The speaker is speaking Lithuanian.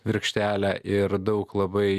virkštelę ir daug labai